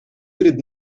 перед